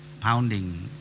pounding